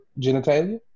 genitalia